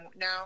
now